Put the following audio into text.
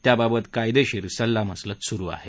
त्याबाबत कायदेशीर सल्लामसलत चालू आहे